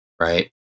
right